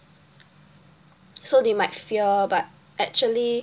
so they might fear but actually